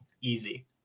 easy